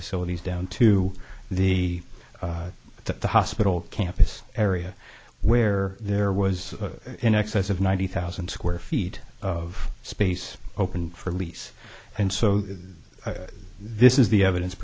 facilities down to the to the hospital campus area where there was in excess of ninety thousand square feet of space opened for lease and so the this is the evidence